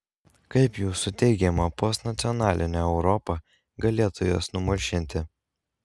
kaip jūsų teigiama postnacionalinė europa galėtų jas numalšinti